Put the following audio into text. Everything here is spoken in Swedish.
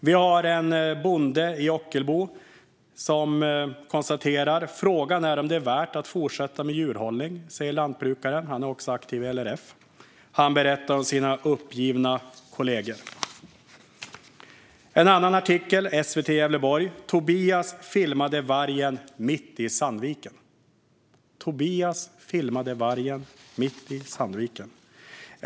En lantbrukare i Ockelbo frågar sig om det är värt att fortsätta med djurhållning. Han är aktiv i LRF och berättar om sina uppgivna kollegor. SVT Gävleborg berättar om Tobias som filmade vargen mitt i Sandviken.